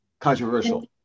Controversial